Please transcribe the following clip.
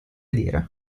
dire